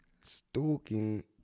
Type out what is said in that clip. Stalking